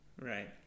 Right